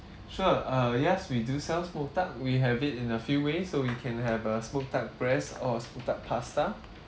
sure uh yes we do sell smoked duck we have it in a few ways so you can have a smoked duck breast or smoked duck pasta